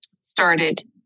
started